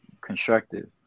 constructive